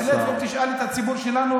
גם תשאל את הציבור שלנו.